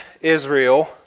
Israel